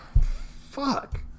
Fuck